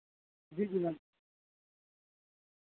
जी जी मैम